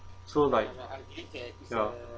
so like ya